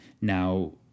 now